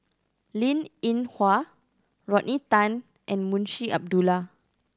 Linn In Hua Rodney Tan and Munshi Abdullah